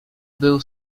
był